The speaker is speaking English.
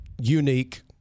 unique